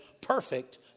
perfect